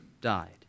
died